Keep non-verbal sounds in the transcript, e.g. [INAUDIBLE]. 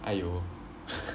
!aiyo! [LAUGHS]